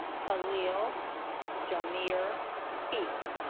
khalil jamir heath